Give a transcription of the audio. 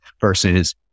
versus